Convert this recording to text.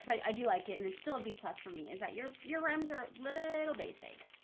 i do like it and it's still a b-plus for me is that your your rooms are little basic,